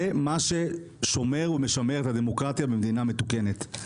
זה מה ששומר ומשמר את הדמוקרטיה במדינה מתוקנת.